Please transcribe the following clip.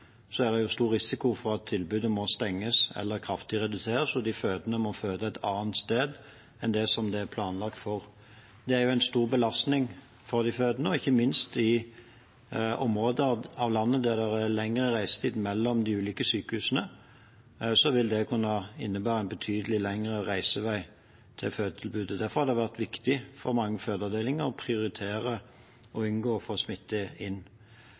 er det stor risiko for at tilbudet må stenges eller kraftig reduseres, og de fødende må føde et annet sted enn det er planlagt for. Det er jo en stor belastning for de fødende. Ikke minst i områder av landet der det er lengre reisetid mellom de ulike sykehusene, vil det kunne bety en betydelig lengre reisevei til fødetilbudet. Derfor har det vært viktig for mange fødeavdelinger å prioritere å unngå å få smitte inn.